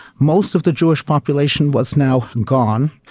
most of the jewish population was now gone,